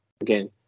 again